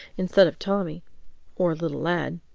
instead of tommy or little lad